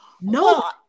No